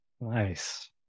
Nice